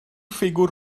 ffigwr